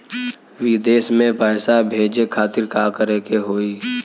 विदेश मे पैसा भेजे खातिर का करे के होयी?